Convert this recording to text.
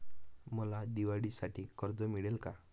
मला दिवाळीसाठी कर्ज मिळेल का?